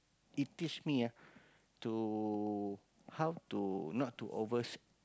it teach me ah to how to not to over